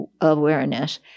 awareness